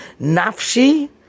Nafshi